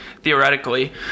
theoretically